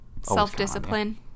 Self-discipline